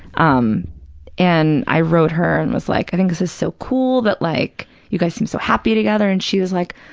um and i wrote her and was like, i think this is so cool that like you guys seem so happy together, and she was like,